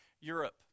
Europe